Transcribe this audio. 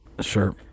Sure